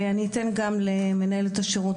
ואני אתן גם למנהלת השירות,